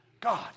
God